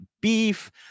beef